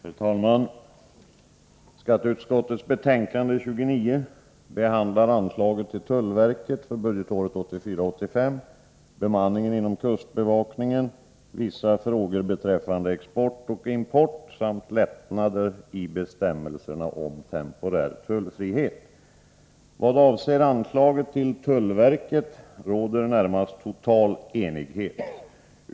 Herr talman! Skatteutskottets betänkande 29 behandlar anslaget till tullverket för budgetåret 1984/85, bemanningen inom kustbevakningen, vissa frågor beträffande export och import samt lättnader i bestämmelserna om temporär tullfrihet. Vad avser anslaget till tullverket råder det närmast total enighet.